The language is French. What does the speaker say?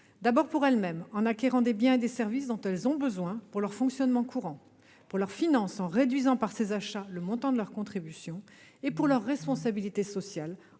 action : pour elles-mêmes, en acquérant des biens et des services dont elles ont besoin pour leur fonctionnement courant ; pour leurs finances, en réduisant, par ces achats, le montant de leur contribution ; pour leur responsabilité sociale,